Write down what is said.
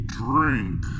drink